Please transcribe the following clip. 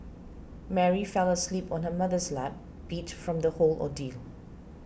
Mary fell asleep on her mother's lap beat from the whole ordeal